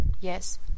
yes